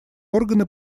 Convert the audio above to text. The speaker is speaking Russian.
органы